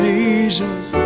Jesus